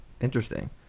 Interesting